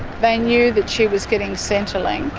they knew that she was getting centrelink.